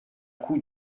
coup